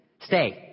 Stay